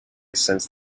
since